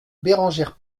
bérengère